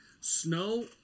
snow